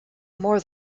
more